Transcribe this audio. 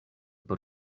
por